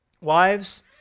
Wives